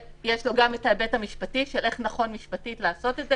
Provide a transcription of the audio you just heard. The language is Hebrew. לו גם את ההיבט המשפטי של איך נכון משפטית לעשות את זה,